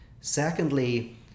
Secondly